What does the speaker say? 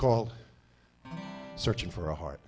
called searching for a heart